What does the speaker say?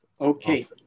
Okay